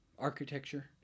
architecture